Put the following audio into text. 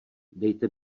dejte